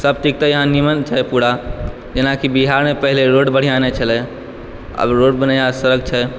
सब चीज तऽ यहाँ नीमन छै पूरा जेनाकि बिहार मे पहिले रोड बढ़िऑं नहि छलै आब रोड बढ़िऑं सड़क छै